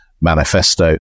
manifesto